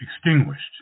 extinguished